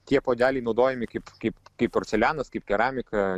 tie puodeliai naudojami kaip kaip kaip porcelianas kaip keramika